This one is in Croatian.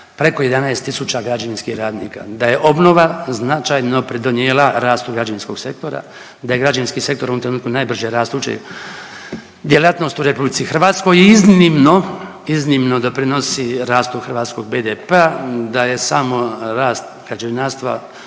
preko 11 tisuća građevinskih radnika. Da je obnova značajno pridonijela rastu građevinskog sektora, da je građevinski sektor u ovom trenutku najbrže rastući djelatnost u RH i iznimno, iznimno doprinosi rastu hrvatskog BDP-a, da je samo rast građevinarstva